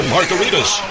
Margaritas